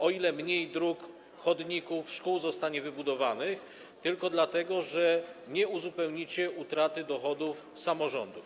O ile mniej dróg, chodników i szkół zostanie wybudowanych tylko dlatego, że nie uzupełnicie straty samorządowych dochodów?